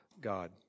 God